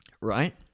right